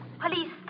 Police